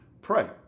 pray